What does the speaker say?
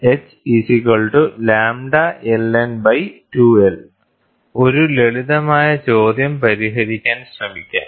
h λLN 2l ഒരു ലളിതമായ ചോദ്യം പരിഹരിക്കാൻ ശ്രമിക്കാം